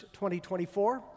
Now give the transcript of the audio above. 2024